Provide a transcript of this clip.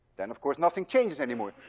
then of course nothing changes anymore,